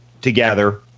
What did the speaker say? together